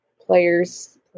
player's